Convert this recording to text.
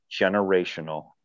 generational